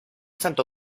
santo